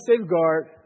safeguard